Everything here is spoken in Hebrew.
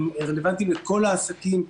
הם רלוונטיים לכל העסקים.